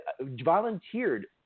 volunteered